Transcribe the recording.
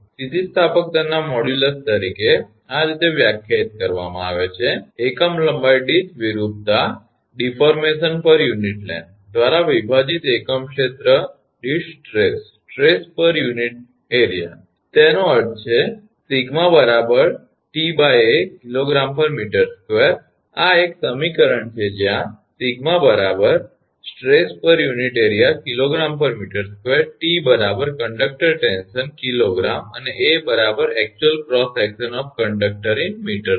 સ્થિતિસ્થાપકતાના મોડ્યુલસ તરીકે આ રીતે વ્યાખ્યાયિત કરવામાં આવે છે એકમ લંબાઈ દીઠ વિરૂપતા દ્વારા વિભાજિત એકમ ક્ષેત્ર દીઠ સ્ટ્રેસ તેનો અર્થ છે 𝜎 𝑇𝐴 𝐾𝑔𝑚2 આ એક સમીકરણ છે જ્યાં 𝜎 𝑠𝑡𝑟𝑒𝑠𝑠 𝑝𝑒𝑟 𝑢𝑛𝑖𝑡 𝑎𝑟𝑒𝑎 𝐾𝑔𝑚2 𝑇 𝐶𝑜𝑛𝑑𝑢𝑐𝑡𝑜𝑟 𝑡𝑒𝑛𝑠𝑖𝑜𝑛 𝐾𝑔 અને 𝐴 𝑎𝑐𝑡𝑢𝑎𝑙 𝑐𝑟𝑜𝑠𝑠 𝑠𝑒𝑐𝑡𝑖𝑜𝑛 𝑜𝑓 𝑐𝑜𝑛𝑑𝑢𝑐𝑡𝑜𝑟 𝑚2